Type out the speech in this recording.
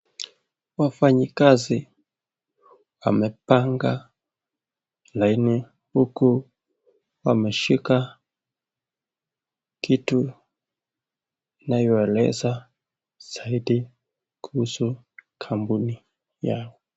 Wafanyikazi wamepanga huku wameshika inayoeleza zaidi kuhusu kampuni yao.